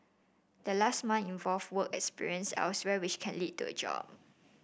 the last month involve work experience elsewhere which can lead to a job